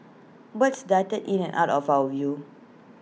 birds darted in and out of our view